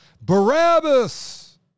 Barabbas